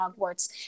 Hogwarts